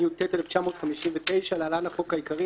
התשי"ט-1959 ( להלן החוק העיקרי),